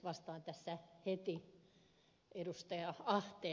vastaan tässä heti ed